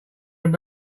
have